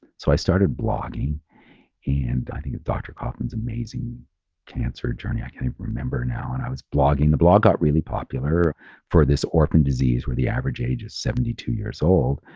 so i started blogging and i think dr. koffman's amazing cancer journey, i can't even remember now. and i was blogging, the blog got really popular for this orphan disease where the average age is seventy two years old.